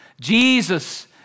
Jesus